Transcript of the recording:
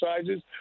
sizes